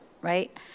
right